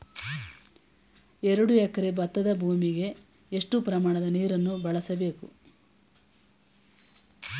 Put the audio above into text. ಎರಡು ಎಕರೆ ಭತ್ತದ ಭೂಮಿಗೆ ಎಷ್ಟು ಪ್ರಮಾಣದ ನೀರನ್ನು ಬಳಸಬೇಕು?